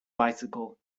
bicycle